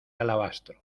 alabastro